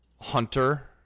Hunter